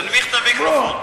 תנמיך את המיקרופון.